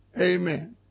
Amen